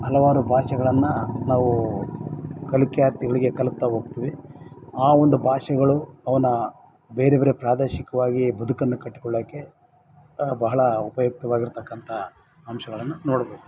ಹಲವಾರು ಭಾಷೆಗಳನ್ನ ನಾವು ಕಲಿಕೆ ಆರ್ಥಿಗಳಿಗೆ ಕಲಿಸ್ತ ಹೋಗ್ತಿವಿ ಆ ಒಂದು ಭಾಷೆಗಳು ಅವನ ಬೇರೆ ಬೇರೆ ಪ್ರಾದೇಶಿಕವಾಗಿ ಬದುಕನ್ನು ಕಟ್ಕೊಳ್ಳೋಕೆ ಬಹಳ ಉಪಯುಕ್ತವಾಗಿ ಇರ್ತಕ್ಕಂಥ ಅಂಶಗಳನ್ನು ನೋಡ್ಬೌದು